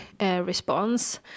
response